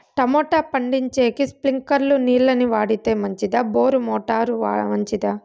Tomato పండించేకి స్ప్రింక్లర్లు నీళ్ళ ని వాడితే మంచిదా బోరు మోటారు మంచిదా?